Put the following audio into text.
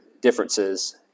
differences